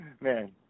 Man